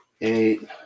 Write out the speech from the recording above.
eight